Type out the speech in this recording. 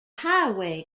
highway